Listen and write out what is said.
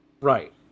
Right